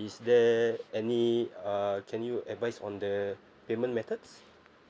is there any uh can you advise on the payment methods